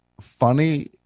funny